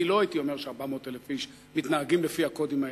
אני לא הייתי אומר ש-400,000 איש מתנהגים לפי הקודים האלה,